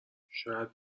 شاید